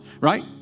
right